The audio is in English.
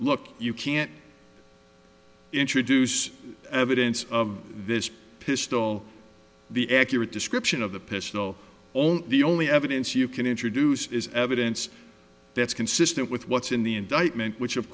look you can't introduce evidence of this pistol the accurate description of the pistol only the only evidence you can introduce is evidence that's consistent with what's in the indictment which of